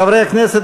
חברי הכנסת,